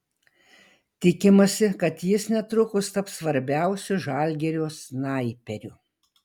tikimasi kad jis netrukus taps svarbiausiu žalgirio snaiperiu